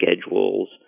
schedules